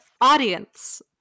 audience